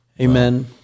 Amen